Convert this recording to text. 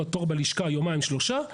תור בלשכה יומיים-שלושה ימים,